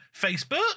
Facebook